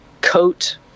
coat